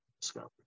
discover